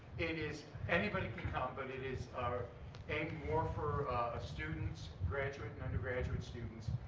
it is anybody can come, but it is aimed more for ah students, graduate and undergraduate students.